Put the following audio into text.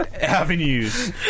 avenues